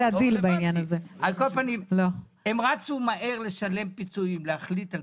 להחליט על פיצויים ולשלם פיצויים.